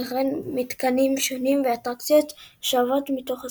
וכן מתקנים שונים ואטרקציות השאובות מתוך הסרטים.